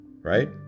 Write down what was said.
Right